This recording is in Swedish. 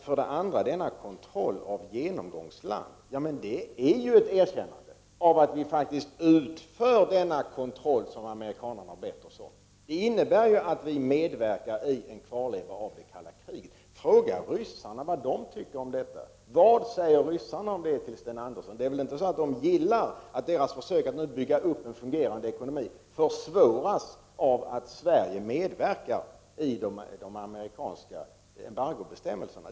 För det andra beträffande kontroll av genomgångsland: Det utrikesministern säger är ett erkännande av att vi faktiskt utför den kontroll som amerikanarna har bett oss om. Det innebär ju att vi medverkar i en kvarleva av det kalla kriget. Fråga ryssarna vad de tycker om detta. Vad säger ryssarna om det till Sten Andersson? De tycker väl inte om att deras försök att bygga upp en fungerande ekonomi försvåras av att Sverige medverkar till de amerikanska embargobestämmelserna?